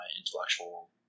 intellectual